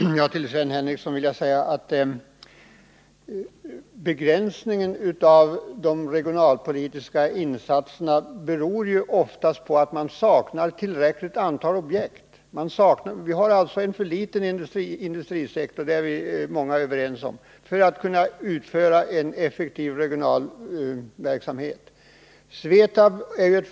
Herr talman! Till Sven Henricsson vill jag säga att begränsningarna i de regionalpolitiska insatserna oftast beror på att man saknar tillräckligt antal objekt. Många av oss är överens om att vårt land har en för liten industrisektor — och just nu med otillräcklig expansion — för att man skall kunna bedriva en effektiv regionalpolitisk verksamhet.